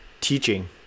teaching